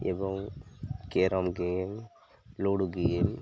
ଏବଂ carrom game ludo game